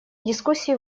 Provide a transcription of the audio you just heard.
дискуссии